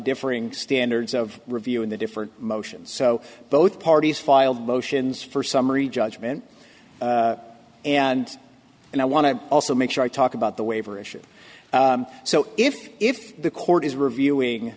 differing standards of reviewing the different motions so both parties filed motions for summary judgment and and i want to also make sure i talk about the waiver issue so if if the court is reviewing